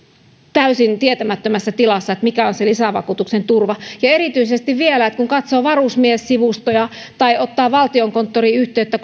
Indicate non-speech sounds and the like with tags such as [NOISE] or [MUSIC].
täysin tietämättömässä tilassa sen suhteen mikä on se lisävakuutuksen turva ja erityisesti vielä kun katsoo varusmies sivustoa tai ottaa valtiokonttoriin yhteyttä [UNINTELLIGIBLE]